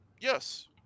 yes